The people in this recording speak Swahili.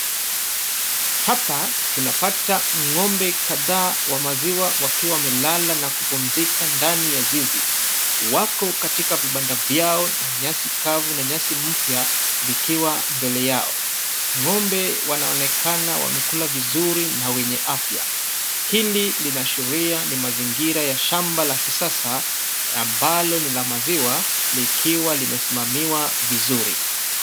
Hapa tunapata ng'ombe kadhaa wa maziwa wakiwa wamelala na kupumzika ndani ya zizi. Wako katika vibanda vyao na nyasi kavu na nyasi mpya vikiwa mbele yao. Ng'ombe wanaonekana wamekula vizuri na wenye afya. Hili linaashiria ni mazingira ya shamba la kisasa ambalo ni la maziwa likiwa limesimamiwa vizuri.